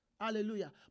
Hallelujah